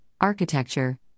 Architecture